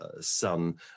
son